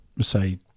say